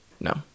No